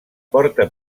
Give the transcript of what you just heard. porta